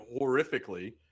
horrifically